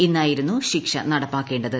ഇന്നായിരുന്നു ശിക്ഷ നടപ്പാക്കേണ്ട്ത്